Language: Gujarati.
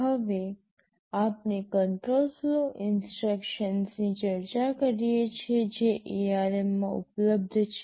હવે આપણે કંટ્રોલ ફ્લો ઇન્સટ્રક્શન્સની ચર્ચા કરીએ છીએ જે ARM માં ઉપલબ્ધ છે